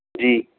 ਜੀ